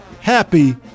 Happy